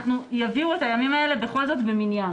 שיביאו את הימים האלה בכל זאת במניין.